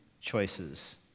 choices